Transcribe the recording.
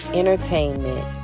entertainment